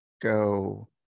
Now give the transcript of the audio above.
go